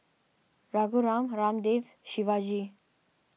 Raghuram Ramdev Shivaji